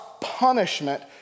punishment